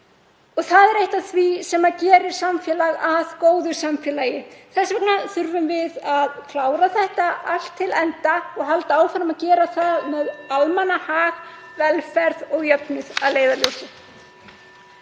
Það er eitt af því sem gerir samfélag að góðu samfélagi. Þess vegna þurfum við að klára þetta allt til enda og halda áfram að gera það með almannahag, velferð og jöfnuð að leiðarljósi.